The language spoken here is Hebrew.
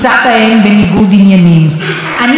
כשהיום ראיתי שאנחנו מעבירים סמכויות,